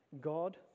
God